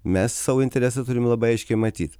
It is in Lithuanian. mes savo interesą turim labai aiškiai matyt